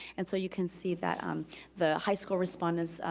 and so you can see that um the high school respondents,